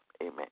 Amen